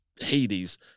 Hades